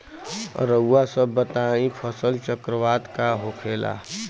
रउआ सभ बताई फसल चक्रवात का होखेला?